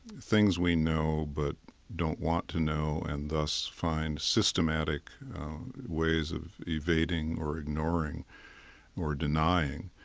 things we know but don't want to know and thus find systematic ways of evading or ignoring or denying.